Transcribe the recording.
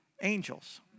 angels